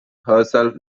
herself